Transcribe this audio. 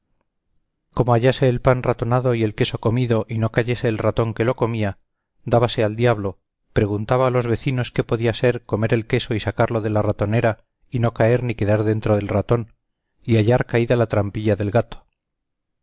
como hallase el pan ratonado y el queso comido y no cayese el ratón que lo comía dábase al diablo preguntaba a los vecinos qué podría ser comer el queso y sacarlo de la ratonera y no caer ni quedar dentro el ratón y hallar caída la trampilla del gato